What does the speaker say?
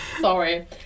Sorry